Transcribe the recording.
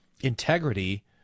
integrity